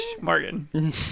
Morgan